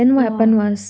!wah!